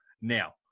Now